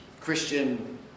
Christian